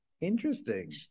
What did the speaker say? Interesting